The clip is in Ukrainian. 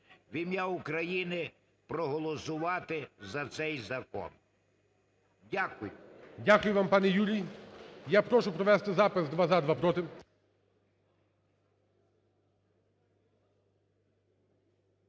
в ім'я України проголосувати за цей закон. Дякую. ГОЛОВУЮЧИЙ. Дякую вам, пане Юрій. Я прошу провести запис: два – за, два – проти.